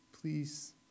please